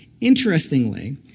Interestingly